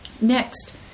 Next